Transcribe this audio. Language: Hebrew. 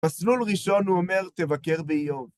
מסלול ראשון הוא אומר, תבקר באיוב.